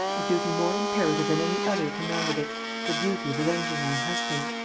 a duty more imperative than any other commanded it the duty of avenging my husband.